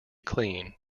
clean